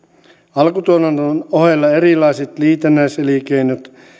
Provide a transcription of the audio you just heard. alkutuotannon ohella erilaiset liitännäiselinkeinot